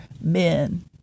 men